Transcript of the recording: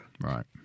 Right